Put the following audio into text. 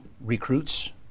recruits